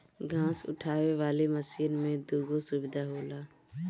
घास उठावे वाली मशीन में दूगो सुविधा होला